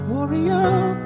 Warrior